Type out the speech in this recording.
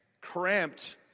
cramped